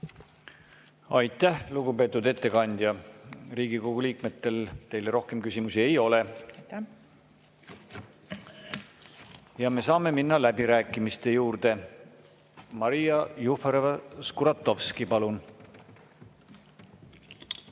Aitäh, lugupeetud ettekandja! Riigikogu liikmetel teile rohkem küsimusi ei ole. Me saame minna läbirääkimiste juurde. Maria Jufereva-Skuratovski, palun!